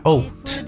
Oat